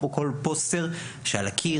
או כל פוסטר שעל הקיר,